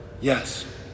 yes